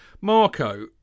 Marco